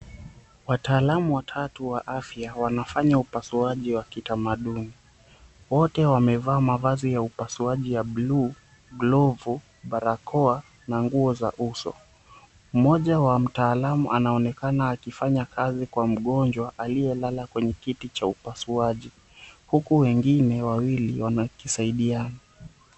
Wataalamu watatu wa afya wanafanya upasuaji wa kitamaduni, wote wamevaa mavazi ya upasuaji ya buluu, glovu, barakoa na nguo za uso. Mmoja wa mtaalamu anaonekana akifanya kazi kwa mgonjwa aliyelala kwenye kiti cha upasuaji huku wengine wana kisaidiana.